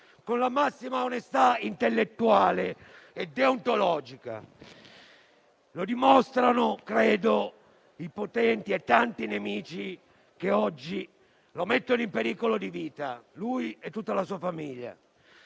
con la massima onestà intellettuale e deontologica. Lo dimostrano - credo - i potenti e tanti nemici che oggi mettono in pericolo di vita lui e tutta la sua famiglia.